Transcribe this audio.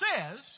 says